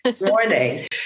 morning